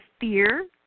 fear